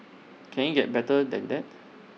can IT get better than that